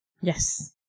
Yes